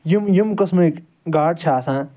یِم یِم قٕسمٕکۍ گاڈٕ چھِ آسان